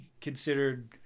considered